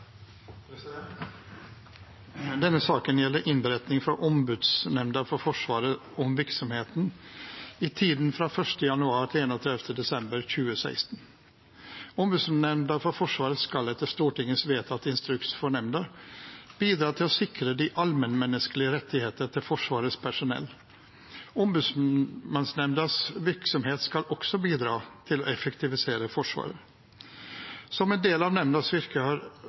7. Denne saken gjelder innberetning fra Ombudsmannsnemnda for Forsvaret om virksomheten i tiden 1. januar–31. desember 2016. Ombudsmannsnemnda for Forsvaret skal etter Stortingets vedtatte instruks for nemnda bidra til å sikre de allmennmenneskelige rettigheter for Forsvarets personell. Ombudsmannsnemndas virksomhet skal også bidra til å effektivisere Forsvaret. Som en del av nemndas virke har